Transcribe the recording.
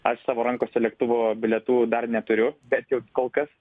aš savo rankose lėktuvo bilietų dar neturiu bent jau kol kas